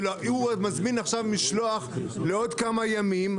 הוא מזמין עכשיו משלוח לעוד כמה ימים,